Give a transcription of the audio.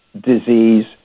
disease